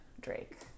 Drake